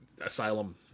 asylum